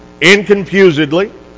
inconfusedly